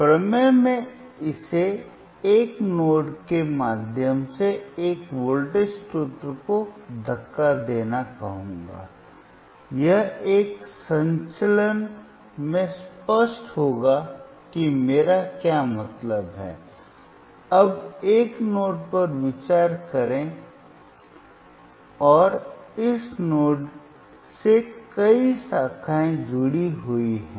प्रमेय मैं इसे एक नोड के माध्यम से एक वोल्टेज स्रोत को धक्का देना कहूंगा यह एक संचलन में स्पष्ट होगा कि मेरा क्या मतलब है अब एक नोड पर विचार करें और इस नोड से कई शाखाएं जुड़ी हुई हैं